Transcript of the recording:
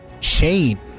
chain